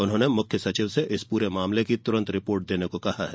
उन्होंने मुख्य सचिव से इस पूरे मामले की तुरंत रिपोर्ट देने को कहा है